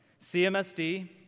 CMSD